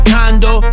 Condo